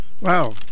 Wow